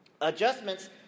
adjustments